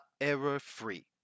error-free